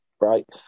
right